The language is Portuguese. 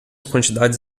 quantidades